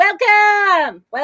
Welcome